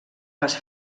les